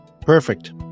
Perfect